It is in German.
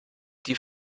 die